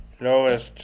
lowest